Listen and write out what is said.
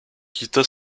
quitta